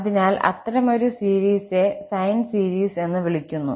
അതിനാൽ അത്തരമൊരു സീരീസ്നെ സൈൻ സീരീസ് എന്ന് വിളിക്കുന്നു